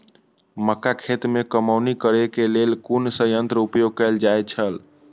मक्का खेत में कमौनी करेय केय लेल कुन संयंत्र उपयोग कैल जाए छल?